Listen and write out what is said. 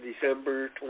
December